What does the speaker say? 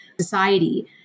society